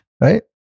Right